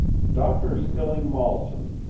dr. stilling malson,